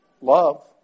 love